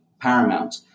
paramount